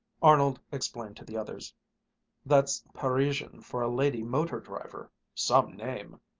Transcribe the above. arnold explained to the others that's parisian for a lady motor-driver some name!